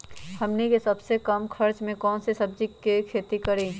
हमनी के सबसे कम खर्च में कौन से सब्जी के खेती करी?